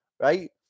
right